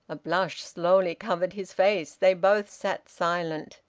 a blush slowly covered his face. they both sat silent.